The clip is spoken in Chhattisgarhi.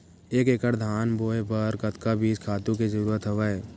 एक एकड़ धान बोय बर कतका बीज खातु के जरूरत हवय?